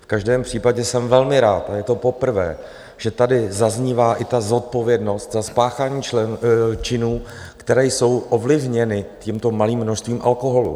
V každém případě jsem velmi rád, a je to poprvé, že tady zaznívá i zodpovědnost za spáchání činů, které jsou ovlivněny tímto malým množstvím alkoholu.